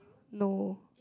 no